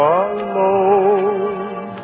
alone